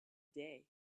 day